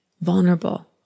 vulnerable